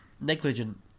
Negligent